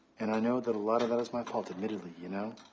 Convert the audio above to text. and i know that a lot of that is my fault, admittedly, you know.